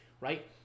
right